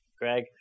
Greg